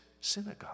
synagogue